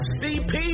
cp